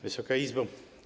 Wysoka Izbo!